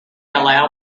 allow